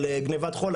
על גניבת חול,